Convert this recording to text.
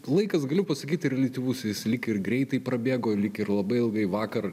laikas galiu pasakyti reliatyvus jis lyg ir greitai prabėgo lyg ir labai ilgai vakar